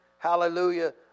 Hallelujah